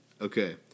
Okay